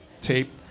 tape